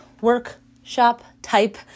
workshop-type